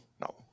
no